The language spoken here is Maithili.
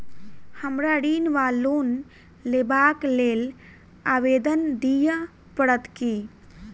हमरा ऋण वा लोन लेबाक लेल आवेदन दिय पड़त की?